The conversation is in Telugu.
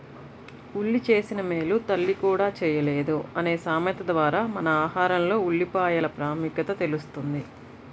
ఉల్లి చేసిన మేలు తల్లి కూడా చేయలేదు అనే సామెత ద్వారా మన ఆహారంలో ఉల్లిపాయల ప్రాముఖ్యత తెలుస్తుంది